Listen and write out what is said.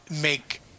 make